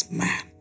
man